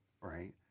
Right